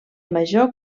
major